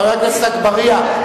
חבר הכנסת אגבאריה,